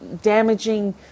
damaging